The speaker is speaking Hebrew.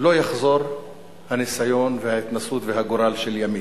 לא יחזרו הניסיון וההתנסות והגורל של ימית.